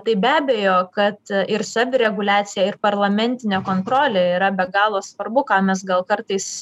tai be abejo kad ir savireguliacija ir parlamentinė kontrolė yra be galo svarbu ką mes gal kartais